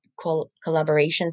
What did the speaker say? collaborations